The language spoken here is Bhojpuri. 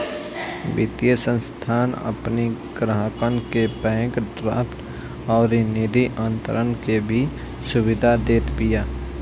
वित्तीय संस्थान अपनी ग्राहकन के बैंक ड्राफ्ट अउरी निधि अंतरण के भी सुविधा देत बिया